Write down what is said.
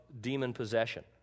demon-possession